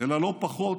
אלא לא פחות,